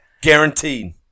Guaranteed